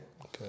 Okay